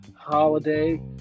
holiday